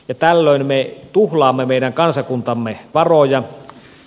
tällöin me tuhlaamme meidän kansakuntamme varoja